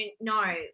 no